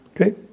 Okay